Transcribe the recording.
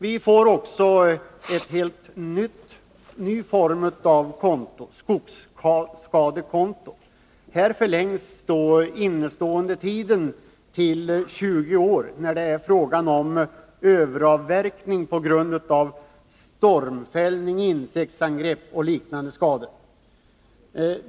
Vi får också en helt ny form av konto, skogsskadekonto. Här förlängs inneståendetiden till 20 år när det är fråga om överavverkning på grund av stormfällning, insektsangrepp och liknande skador.